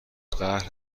قهر